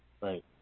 right